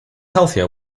healthier